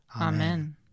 Amen